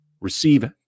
Receive